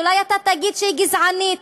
אולי תגיד שהיא גזענית,